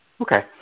Okay